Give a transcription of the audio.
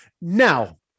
now